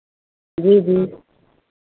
जी जी